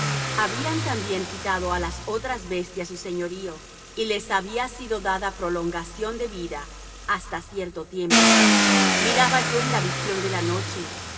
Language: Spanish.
habían también quitado á las otras bestias su señorío y les había sido dada prolongación de vida hasta cierto tiempo miraba yo en la visión de la noche